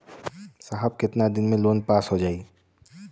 साहब कितना दिन में लोन पास हो जाई?